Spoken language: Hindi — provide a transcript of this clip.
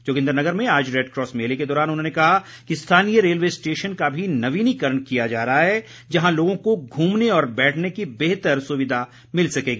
जोगिन्द्रनगर में आज रेडक्रॉस मेले के दौरान उन्होंने कहा कि स्थानीय रेलवे स्टेशन का भी नवीनीकरण किया जा रहा है जहां लोगों को घूमने और बैठने की बेहतर सुविधा मिल सकेगी